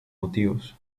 motivos